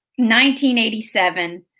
1987